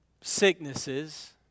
Sicknesses